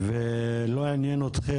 ולא עניין אתכם.